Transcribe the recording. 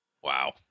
Wow